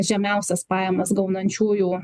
žemiausias pajamas gaunančiųjų